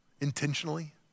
intentionally